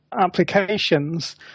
applications